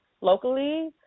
locally